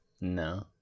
No